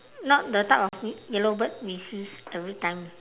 not the type of yellow bird we sees every time